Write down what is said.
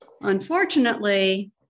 unfortunately